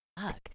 Fuck